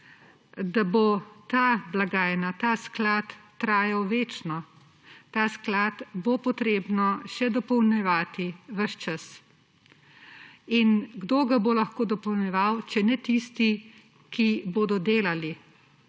da bo ta blagajna, ta sklad, trajal večno. Ta sklad bo potrebno še dopolnjevati, ves čas. In, kdo ga bo lahko dopolnjeval, če ne tisti, ki bodo delali?